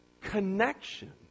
connection